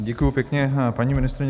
Děkuji pěkně, paní ministryně.